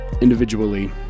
individually